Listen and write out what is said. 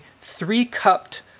three-cupped